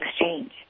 exchange